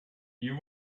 you